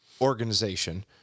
organization